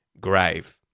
grave